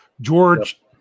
George